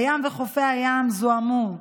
הים וחופי הים זוהמו,